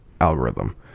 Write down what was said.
algorithm